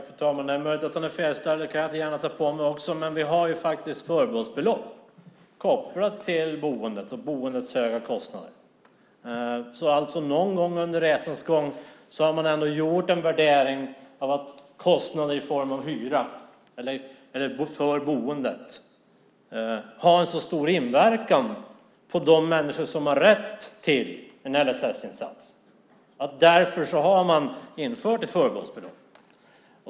Fru talman! Det är möjligt att frågan är felställd. Det kan jag gärna ta på mig också. Men vi har ju faktiskt förbehållsbelopp som är kopplat till boendet och boendets höga kostnader. Vid något tillfälle under resans gång har man alltså ändå gjort en värdering av att kostnader för boende har en så stor inverkan för de människor som har rätt till en LSS-insats att man därför har infört ett förbehållsbelopp.